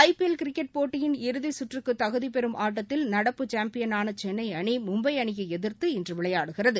ஐ P L cricket போட்டியின் இறுதிக்கற்றுக்கு தகுதிபெறும் ஆட்டத்தில் நடப்பு சாம்பியனான சென்னை அணி மும்பையை எதிர்த்து இன்று விளையாடுகிறது